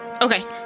Okay